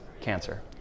cancer